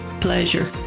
pleasure